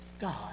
God